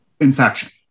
Infection